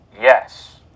yes